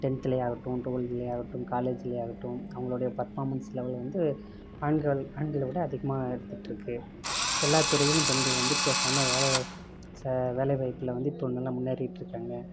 டென்த்துலையாகட்டும் டுவெல்த்துலையாகட்டும் காலேஜுலையாகட்டும் அவங்களுடைய பர்ஃபார்மன்ஸ் லெவல் வந்து ஆண்கள் ஆண்களை விட அதிகமாக இருந்துகிட்ருக்கு எல்லாத்துறையிலும் பெண்கள் வந்து இப்போ சம வேலைவாய்ப்பு ச வேலைவாய்ப்பில் வந்து இப்போ நல்லா முன்னேறிகிட்ருக்காங்க